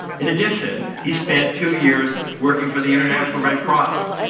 in addition, he spent two years working for the international red cross.